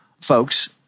folks